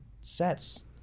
sets